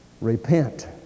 repent